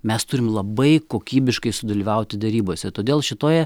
mes turim labai kokybiškai sudalyvauti derybose todėl šitoje